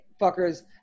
fuckers